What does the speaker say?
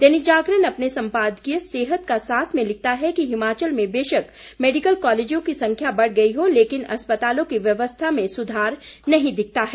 दैनिक जागरण अपने संपादकीय सेहत का साथ में लिखता है कि हिमाचल में बेशक मेडिकल कॉलेजों की संख्या बढ़ गई हो लेकिन अस्पतालों की व्यवस्था में सुधार नहीं दिखता है